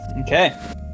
Okay